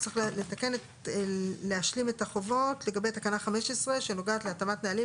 תקנה 15 (התאמת נהלים,